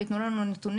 ויתנו לנו נתונים.